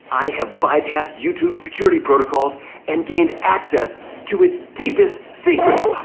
i have bypassed youtube's security protocols and gained access to its deepest secrets.